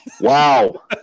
Wow